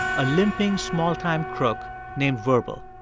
a limping small-time crook named verbal.